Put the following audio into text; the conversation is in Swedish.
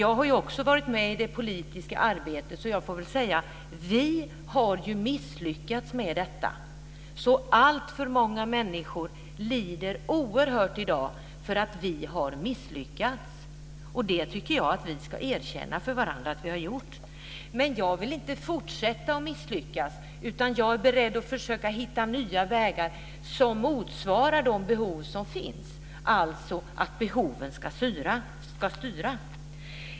Jag har ju också varit med i det politiska arbetet så jag får väl säga: Vi har misslyckats med detta. Alltför många människor lider oerhört i dag för att vi har misslyckats. Jag tycker att vi ska erkänna för varandra att vi har gjort det. Men jag vill inte fortsätta att misslyckas, utan jag är beredd att försöka hitta nya vägar som motsvarar de behov som finns. Behoven ska alltså styra.